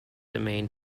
domain